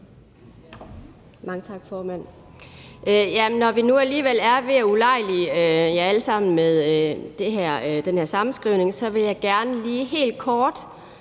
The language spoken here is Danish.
Mange tak for det.